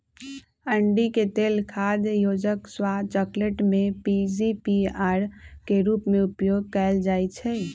अंडिके तेल खाद्य योजक, स्वाद, चकलेट में पीजीपीआर के रूप में उपयोग कएल जाइछइ